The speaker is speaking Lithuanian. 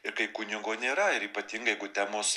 ir kai kunigo nėra ir ypatingai jeigu temos